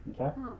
Okay